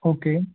okay